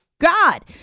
God